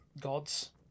gods